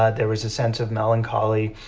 ah there was a sense of melancholy.